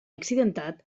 accidentat